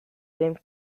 same